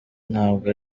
ntabwo